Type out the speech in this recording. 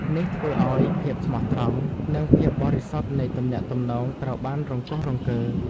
នេះធ្វើឲ្យភាពស្មោះត្រង់ និងភាពបរិសុទ្ធនៃទំនាក់ទំនងត្រូវបានរង្គោះរង្គើ។